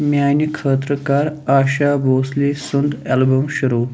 میٛانہِ خٲطرٕ کَر آشا بوسلے سُنٛد اٮ۪لبم شُروٗع